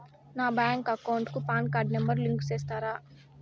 నా bank account కు PAN card number ను లింకు సేస్తారా?